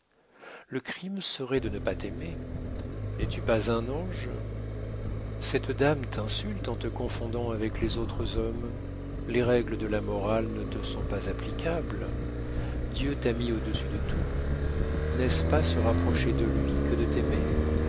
le crime serait de ne pas t'aimer n'es-tu pas un ange cette dame t'insulte en te confondant avec les autres hommes les règles de la morale ne te sont pas applicables dieu t'a mis au-dessus de tout n'est-ce pas se rapprocher de lui que de t'aimer